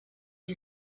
you